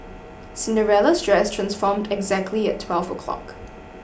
Cinderella's dress transformed exactly at twelve o'clock